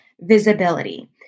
visibility